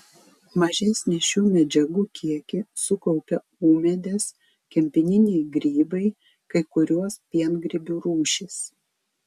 mažesnį šių medžiagų kiekį sukaupia ūmėdės kempininiai grybai kai kurios piengrybių rūšys